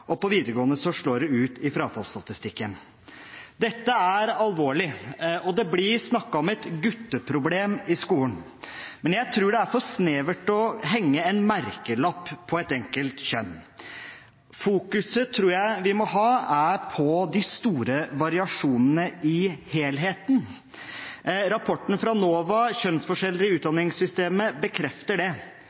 og på videregående slår det ut i frafallsstatistikken. Dette er alvorlig, og det blir snakket om et gutteproblem i skolen. Men jeg tror det er for snevert å henge en merkelapp på et enkelt kjønn. Fokuset jeg tror vi må ha, er på de store variasjonene i helheten. Rapporten fra NOVA om kjønnsforskjeller i utdanningssystemet bekrefter det.